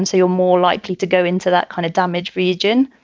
and you're more likely to go into that kind of damage region.